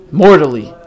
mortally